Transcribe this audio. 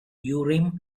urim